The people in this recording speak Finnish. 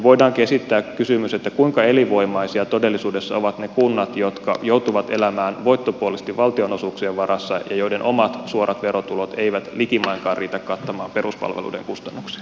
voidaankin esittää kysymys kuinka elinvoimaisia todellisuudessa ovat ne kunnat jotka joutuvat elämään voittopuolisesti valtionosuuksien varassa ja joiden omat suorat verotulot eivät likimainkaan riitä kattamaan peruspalveluiden kustannuksia